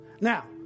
Now